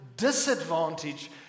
Disadvantage